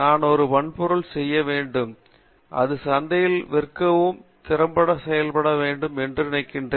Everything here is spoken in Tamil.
நான் ஒரு வன்பொருள் செய்ய வேண்டும் அது சந்தையில் விற்கவும் திறம்பட செயல்படுத்த முடியும் என்று ஒரு அமைப்பு செய்ய வேண்டும்